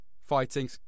fighting